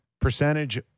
Percentage